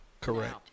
Correct